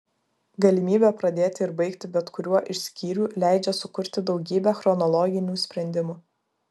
galimybė pradėti ir baigti bet kuriuo iš skyrių leidžia sukurti daugybę chronologinių sprendimų